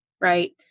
Right